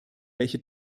welche